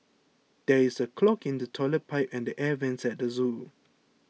there is a clog in the Toilet Pipe and the Air Vents at the zoo